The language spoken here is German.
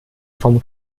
vom